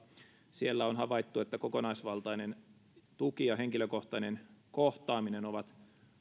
siellä on havaittu että kokonaisvaltainen tuki ja henkilökohtainen kohtaaminen ovat